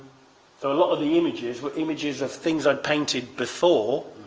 so a lot of the images were images of things i'd painted before.